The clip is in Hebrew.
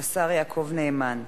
השר יעקב נאמן.